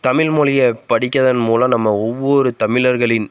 தமில்மொழிய படிக்கிறதன் மூலம் நம்ம ஒவ்வொரு தமிழர்களின்